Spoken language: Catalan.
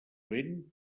vent